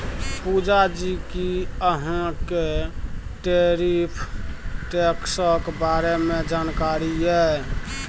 पुजा जी कि अहाँ केँ टैरिफ टैक्सक बारे मे जानकारी यै?